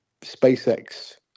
SpaceX